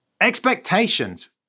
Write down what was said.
Expectations